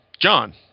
John